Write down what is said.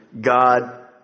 God